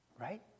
right